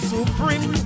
Supreme